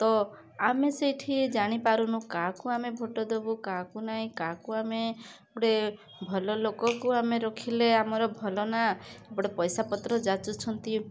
ତ ଆମେ ସେଇଠି ଜାଣିପାରୁନୁ କାହାକୁ ଆମେ ଭୋଟ୍ ଦେବୁ କାହାକୁ ନାଇଁ କାହାକୁ ଆମେ ଗୋଟେ ଭଲ ଲୋକକୁ ଆମେ ରଖିଲେ ଆମର ଭଲ ନାଁ ଏପଟେ ପଇସାପତ୍ର ଯାଚୁଛନ୍ତି